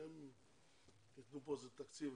שהם ייתנו פה איזה תקציב.